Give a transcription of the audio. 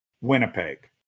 Winnipeg